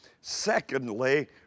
Secondly